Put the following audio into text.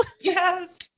Yes